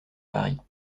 paris